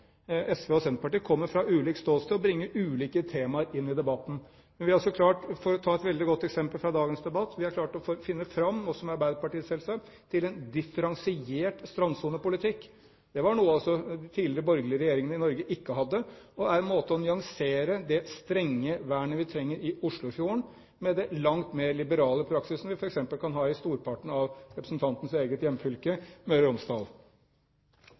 SV og Senterpartiet kommer fra ulike ståsteder og bringer ulike temaer inn i debatten. For å ta et veldig godt eksempel fra dagens debatt: Vi har klart å finne fram til, selvsagt også sammen med Arbeiderpartiet, en differensiert strandsonepolitikk – det var noe tidligere borgerlige regjeringer i Norge ikke hadde – og det er en måte å nyansere på det strenge vernet vi trenger i Oslofjorden, med den langt mer liberale praksisen vi f.eks. kan ha i storparten av representantens eget hjemfylke, Møre og Romsdal.